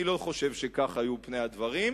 אני לא חושב שכך היו פני הדברים.